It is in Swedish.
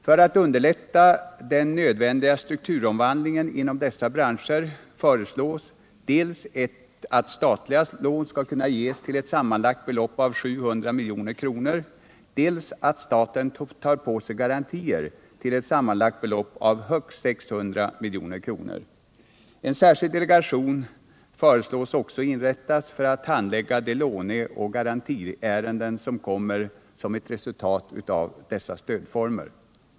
För att underlätta den nödvändiga strukturomvandlingen inom dessa branscher föreslås dels att statliga lån skall kunna ges till ett sammanlagt belopp av 700 milj.kr., dels att staten tar på sig garantier till ett sammanlagt belopp av högst 600 milj.kr. En särskild delegation föreslås också inrättas för att handlägga de låneoch garantiärenden som kommer som ett resultat av dessa stödformer.